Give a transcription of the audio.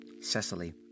Cecily